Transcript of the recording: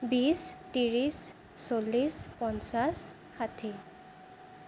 বিশ ত্ৰিছ চল্লিছ পঞ্চাছ ষাঠি